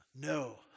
No